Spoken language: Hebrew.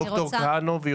ד"ר כהנוב,